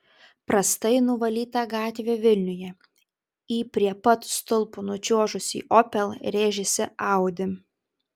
prastai nuvalyta gatvė vilniuje į prie pat stulpo nučiuožusį opel rėžėsi audi